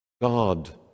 God